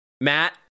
Matt